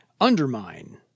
Undermine